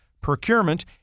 procurement